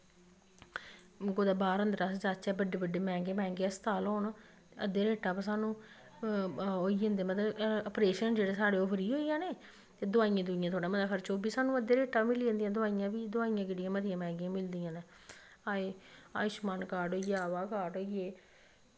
कुदै बाह्र अन्दर अस जाच्चै बड्डे बड्डे मैंह्गे मैंह्गे हस्पताल होन अध्दे रेट्टा पर स्हानू होई जंदे मतलव परेशन जेह्ड़ा साढ़े ओह् फ्री होई जाने ते दवाईयें पर थोह्ड़ा खर्च ओह् बी स्हानू अद्दे रेट पर मिली जंदियां दवाइयां बी दवाइयैं किन्नियां मतियां मैंह्गियां मिलदियां नै अयुशमान कार्ड़ होइये अवा कार्ड़ होइये